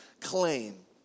claim